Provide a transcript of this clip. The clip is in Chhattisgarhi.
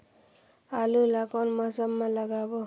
आलू ला कोन मौसम मा लगाबो?